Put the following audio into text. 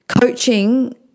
Coaching